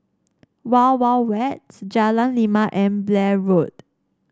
Wild Wild Wet Jalan Lima and Blair Road